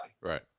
right